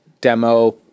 demo